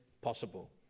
possible